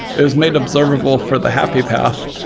it's made observable for the happy path.